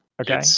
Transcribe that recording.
Okay